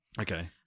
Okay